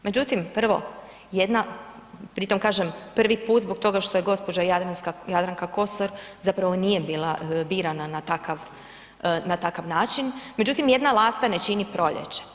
Međutim, prvo jedna, pri tom kažem prvi put zbog toga što je gospođa Jadranka Kosor zapravo nije bila birana na takav, na takav način, međutim, jedna lasta ne čini proljeće.